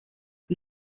wir